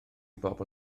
bobl